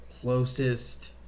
closest